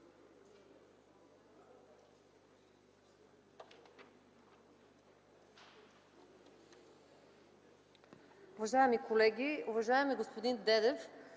Уважаеми колеги! Уважаеми господин Осман,